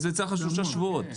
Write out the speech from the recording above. זה יוצא שלושה שבועות.